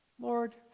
Lord